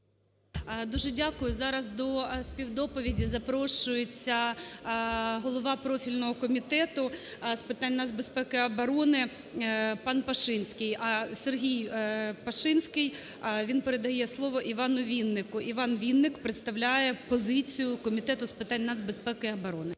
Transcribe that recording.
Дуже дякую. Зараз до співдоповіді запрошується голова профільного Комітету з питань нацбезпеки і оборони пан Пашинський. Сергій Пашинський він передає слово Івану Віннику. Іван Вінник представляє позицію Комітету з питань нацбезпеки і оборони.